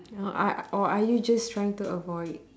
or are or are you just trying to avoid